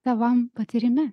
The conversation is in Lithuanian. tavam patyrime